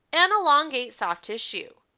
and elongate soft-tissue.